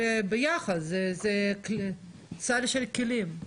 סל של כלים.